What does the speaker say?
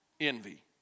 Envy